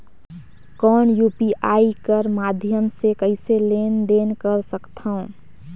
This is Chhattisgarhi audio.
कौन यू.पी.आई कर माध्यम से कइसे लेन देन कर सकथव?